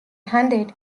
handed